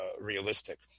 realistic